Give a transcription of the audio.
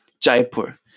Jaipur